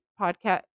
podcast